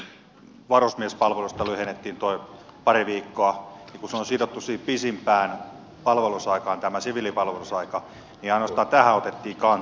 kun varusmiespalvelusta lyhennettiin pari viikkoa ja kun tämä siviilipalvelusaika on sidottu siihen pisimpään palvelusaikaan niin ainoastaan tähän otettiin kantaa